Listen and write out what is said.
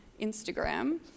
Instagram